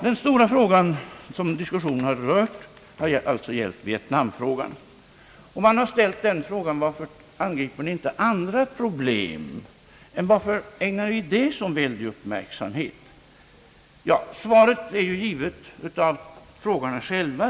Den stora frågan som diskussionerna har rört har alltså gällt vietnamproblemen. Man har ställt frågan: Varför angriper ni inte andra problem? Varför ägnar ni vietnamproblemet så stor uppmärksamhet? Svaret är ju givet av frågorna själva.